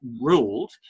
ruled